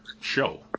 show